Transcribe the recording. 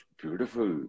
beautiful